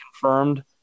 confirmed